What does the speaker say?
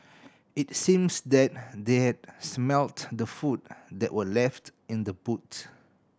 it seems that they had smelt the food that were left in the boot